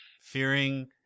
Fearing